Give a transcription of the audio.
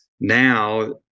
now